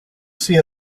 see